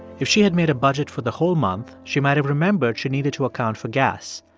if she had made a budget for the whole month, she might have remembered she needed to account for gas.